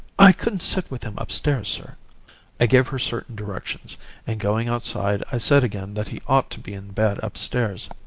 i couldn't sit with him upstairs, sir i gave her certain directions and going outside, i said again that he ought to be in bed upstairs.